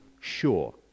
sure